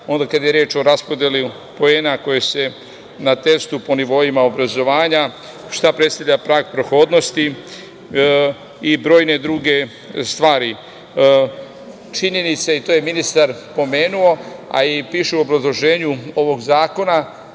onda kada je reč o raspodeli poena na testu po nivoima obrazovanja, šta predstavlja prag prohodnosti i brojne druge stvari. Činjenica je, i to je ministar pomenuo, a i piše u obrazloženju ovog zakona,